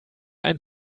ein